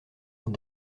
dans